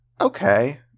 okay